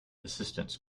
assistants